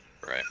Right